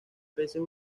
peces